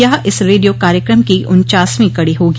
यह इस रेडियो कार्यक्रम की उन्चासवीं कड़ी होगी